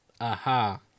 Aha